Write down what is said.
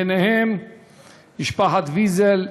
וביניהם משפחת ויזל.